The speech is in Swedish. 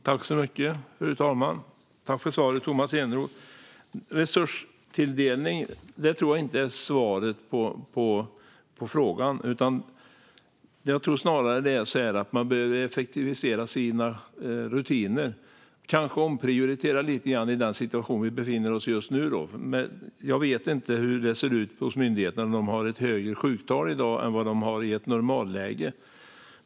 Fru talman! Tack för svaret, Tomas Eneroth! Resurstilldelning tror jag inte är svaret på frågan. Jag tror snarare att man behöver effektivisera sina rutiner och kanske omprioritera lite grann i den situation som just nu råder. Jag vet inte hur det ser ut hos myndigheten, om de har ett högre sjuktal i dag än i ett normalläge.